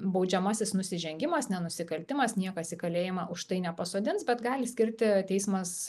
baudžiamasis nusižengimas nenusikaltimas niekas kalėjimą už tai nepasodins bet gali skirti teismas